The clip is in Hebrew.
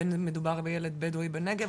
בין אם מדובר על ילד בדואי בנגב,